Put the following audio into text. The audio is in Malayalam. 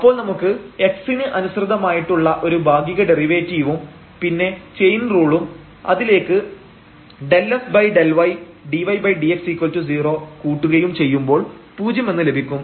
അപ്പോൾ നമുക്ക് x ന് അനുസൃതമായിട്ടുള്ള ഒരു ഭാഗിക ഡെറിവേറ്റീവും പിന്നെ ചെയിൻ റൂളും അതിലേക്ക് ∂f∂y dydx0 കൂട്ടുകയും ചെയ്യുമ്പോൾ പൂജ്യം എന്ന് ലഭിക്കും